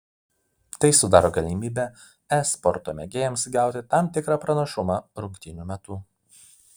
tai sudaro galimybę e sporto mėgėjams įgauti tam tikrą pranašumą rungtynių metu